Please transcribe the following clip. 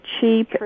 cheap